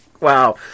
Wow